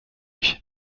ich